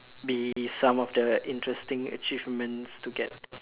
be some of the interesting achievements to get